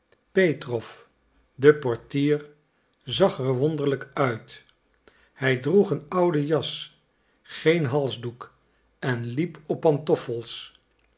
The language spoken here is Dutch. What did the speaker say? petrow de portier zag er wonderlijk uit hij droeg een ouden jas geen halsdoek en liep op pantoffels